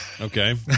Okay